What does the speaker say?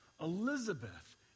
Elizabeth